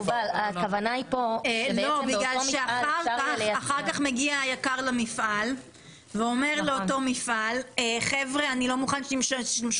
אחר כך מגיע היק"ר למפעל ואומר לאותו מפעל שהוא לא מוכן שישתמשו